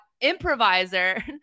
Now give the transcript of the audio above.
improviser